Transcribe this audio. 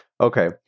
Okay